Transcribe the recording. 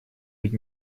быть